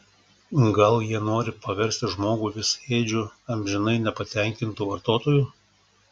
gal jie nori paversti žmogų visaėdžiu amžinai nepatenkintu vartotoju